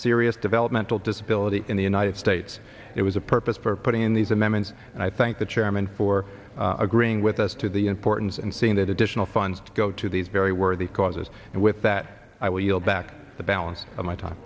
serious developmental disability in the united states it was a purpose for putting in these amendments and i thank the chairman for agreeing with us to the importance and seeing that additional funds go to these very worthy causes and with that i will yield back the balance of my time